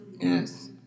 yes